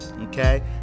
Okay